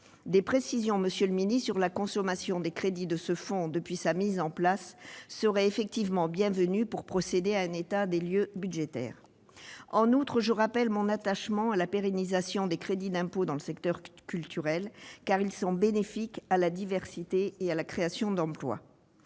des précisions sur la consommation des crédits de ce fonds depuis sa mise en place seraient effectivement bienvenues, pour procéder à un état des lieux budgétaire. En outre, je rappelle mon attachement à la pérennisation des crédits d'impôt dans le secteur culturel, car ils sont bénéfiques à la diversité et à la création d'emplois.